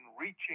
reaching